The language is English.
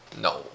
No